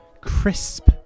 crisp